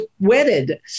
wedded